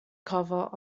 cover